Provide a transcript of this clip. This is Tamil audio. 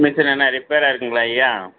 மிசின் என்ன ரிப்பேரா இருக்குதுங்களாய்யா